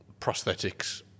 prosthetics